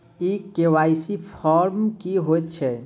ई KYC form की हएत छै?